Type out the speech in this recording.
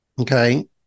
okay